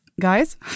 guys